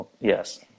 Yes